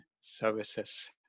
services